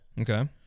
Okay